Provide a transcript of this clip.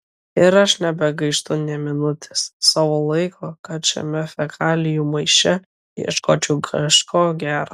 ir aš nebegaištu nė minutės savo laiko kad šiame fekalijų maiše ieškočiau kažko gero